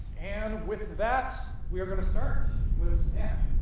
and with that, we are going to start with snap.